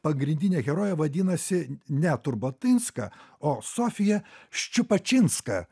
pagrindinė herojė vadinasi ne turbotinska o sofija ščiupačinska